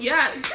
Yes